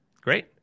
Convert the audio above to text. Great